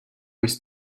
with